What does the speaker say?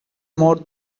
more